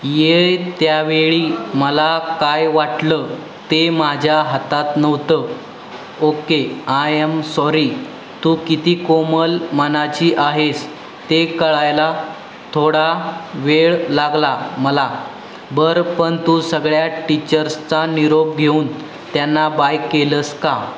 येत्यावेळी मला काय वाटलं ते माझ्या हातात नव्हतं ओके आय म सॉरी तू किती कोमल मानाची आहेस ते कळायला थोडा वेळ लागला मला बरं पण तू सगळ्या टीचर्सचा निरोप घेऊन त्यांना बाय केलंस का